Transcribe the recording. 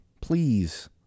Please